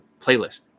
playlist